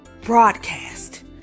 broadcast